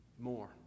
more